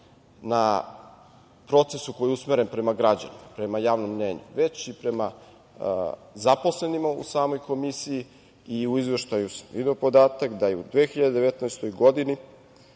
na proces u koji je usmeren prema građanima, prema javnom mnjenju, već i prema zaposlenima u samoj komisiji i u izveštaju video podatak, da je u 2019. godini